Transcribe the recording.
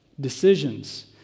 decisions